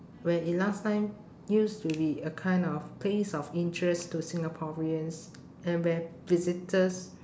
where it last time used to be a kind of place of interest to singaporeans and where visitors